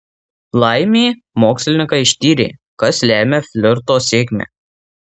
laimė mokslininkai ištyrė kas lemia flirto sėkmę